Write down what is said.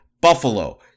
Buffalo